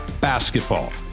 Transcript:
basketball